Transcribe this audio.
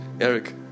Eric